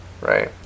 right